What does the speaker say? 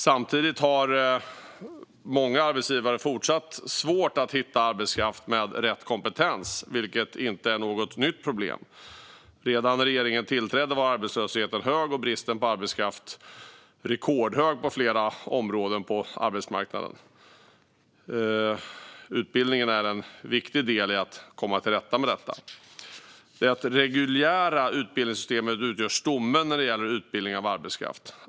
Samtidigt har många arbetsgivare fortsatt svårt att hitta arbetskraft med rätt kompetens, vilket inte är något nytt problem. Redan när regeringen tillträdde var arbetslösheten hög och bristen på arbetskraft rekordstor på flera områden på arbetsmarknaden. Utbildning är en viktig del i att komma till rätta med detta. Det reguljära utbildningssystemet utgör stommen när det gäller utbildningen av arbetskraft.